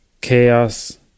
chaos